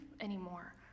anymore